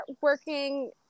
working